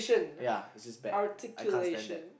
ya this is bad I can't stand that